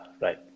right